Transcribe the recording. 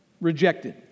rejected